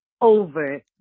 over